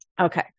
Okay